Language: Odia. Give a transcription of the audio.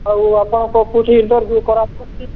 ଆଉ ଆପଣଙ୍କ କେଉଁଠି ଇଣ୍ଟରଭିୟୁ